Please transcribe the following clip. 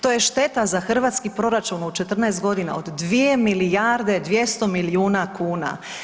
To je šteta za hrvatski proračun u 14.g. od 2 milijarde, 200 milijuna kuna.